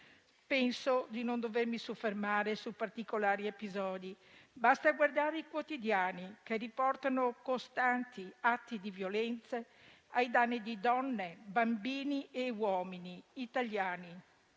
Penso di non dovermi soffermare su particolari episodi: basta guardare i quotidiani che riportano costanti atti di violenze ai danni di donne, bambini e uomini italiani,